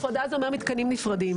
הפרדה, זה אומר מתקנים נפרדים.